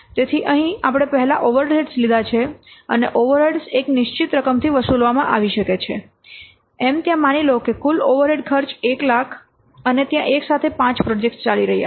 તેથી અહીં આપણે પહેલા ઓવરહેડ્સ લીધા છે અને ઓવરહેડ્સ એક નિશ્ચિત રકમથી વસૂલવામાં આવી શકે છે એમ ત્યાં માની લો કે કુલ ઓવરહેડ ખર્ચ છે 1 લાખ અને ત્યાં એક સાથે 5 પ્રોજેક્ટ ચાલી રહ્યા છે